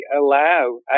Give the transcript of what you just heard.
allow